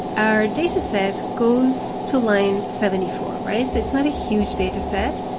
our dataset goes to line seventy four, right, so it's not a huge dataset.